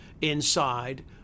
inside